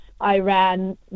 Iran